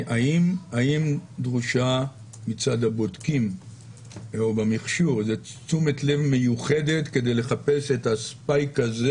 האם דרושה מצד הבודקים תשומת לב מיוחדת כדי לחפש את הספייק הזה